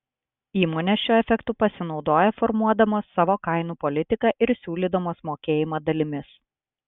įmonės šiuo efektu pasinaudoja formuodamos savo kainų politiką ir siūlydamos mokėjimą dalimis